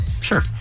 sure